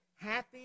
Happy